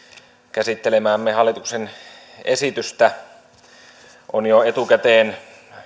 käsittelemäämme hallituksen esitystä on jo etukäteen